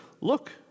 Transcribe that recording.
Look